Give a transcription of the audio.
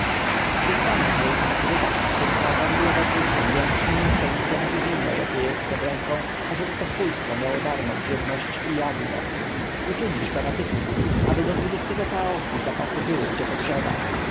tych samych miejscach wydasz szynkarzom i oberżystom jęczmień pszenicę i wino jakie jest pod ręką ażeby pospólstwo miało darmo żywność i jadło uczynisz to natychmiast aby do dwudziestego paf zapasy były gdzie potrzeba